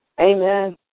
Amen